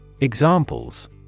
Examples